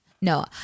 No